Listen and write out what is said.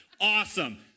Awesome